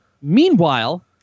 Meanwhile